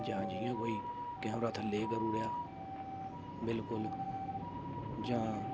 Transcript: जां जि'यां कोई कैमरा थल्ले ई करी ओड़ेआ बिल्कुल जां